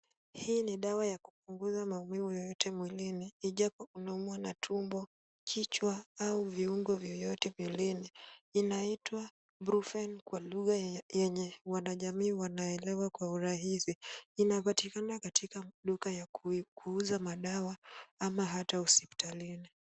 Hii ni dawa ya kupunguza maumivu yoyote mwilini, ijapo unaumwa na tumbo, kichwa au viungo yoyote mwilini. Inaitwa brufen kwa lugha yenye wanajamii wanaelewa kwa urahisi. Inapatikana katika maduka ya kuuza madawa ama hata hospitalini.